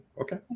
okay